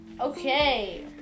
Okay